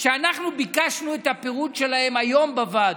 שאנחנו ביקשנו את הפירוט שלהם היום בוועדה.